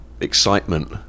excitement